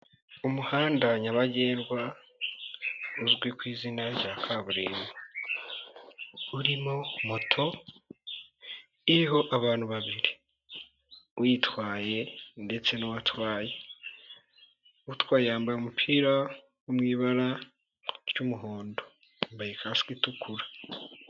Umuhanda nyabagendwa uzwi ku izina rya kaburimbo, urimo moto iriho abantu babiri, uyitwaye ndetse n'uwatwaye, utwaye yambaye umupira wo mu ibara ry'umuhondo, yambaye kasike itukura.